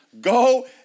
Go